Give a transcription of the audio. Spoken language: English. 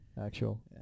Actual